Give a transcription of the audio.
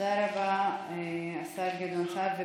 תודה רבה, השר גדעון סער.